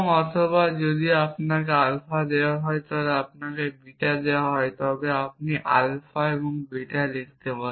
অথবা যদি আপনাকে আলফা দেওয়া হয় এবং আপনাকে বিটা দেওয়া হয় তবে আপনি আলফা এবং বিটা লিখতে পারেন